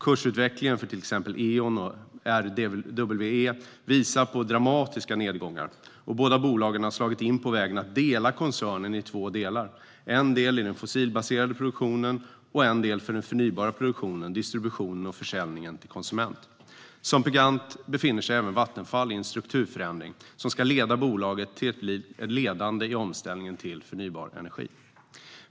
Kursutvecklingen för till exempel Eon och RWE visar på dramatiska nedgångar. Båda bolagen har slagit in på vägen att dela koncernen i två delar, en del för den fossilbaserade produktionen och en del för den förnybara produktionen, distributionen och försäljningen till konsument. Som bekant befinner sig även Vattenfall i en strukturförändring som ska göra bolaget ledande i omställningen till förnybar energi.